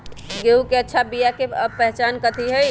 गेंहू के अच्छा बिया के पहचान कथि हई?